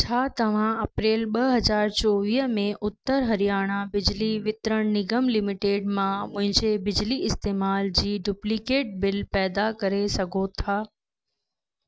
छा तव्हां अप्रैल ॿ हज़ार चोवीह में उत्तर हरियाणा बिजली वितरण निगम लिमिटेड मां मुंहिंजे बिजली इस्तेमाल जी डुप्लीकेट बिल पैदा करे सघो था